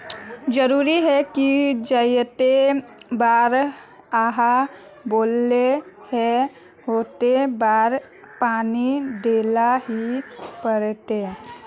जरूरी है की जयते बार आहाँ बोले है होते बार पानी देल ही पड़ते?